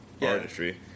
Artistry